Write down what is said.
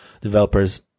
developers